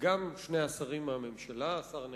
גם שני השרים מהממשלה: השר נאמן,